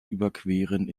überqueren